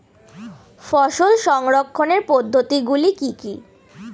ফসল সংরক্ষণের পদ্ধতিগুলি কি কি?